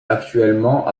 actuellement